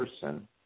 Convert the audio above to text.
person